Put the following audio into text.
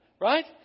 right